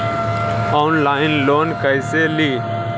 Online loan कैसे ली?